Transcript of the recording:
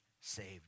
saved